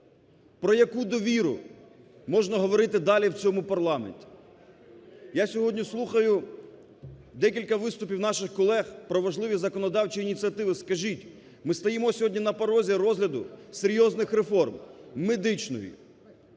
Про яку довіру можна говорити далі в цьому парламенті? Я сьогодні слухаю декілька виступів наших колег про важливі законодавчі ініціативи. Скажіть, ми стомо сьогодні на порозі розгляду серйозних реформ медичної,